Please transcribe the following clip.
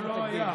או לא היה.